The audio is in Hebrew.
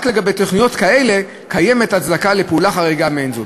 רק לגבי תוכניות כאלה קיימת הצדקה לפעולה חריגה מעין זו.